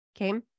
Okay